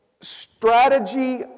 strategy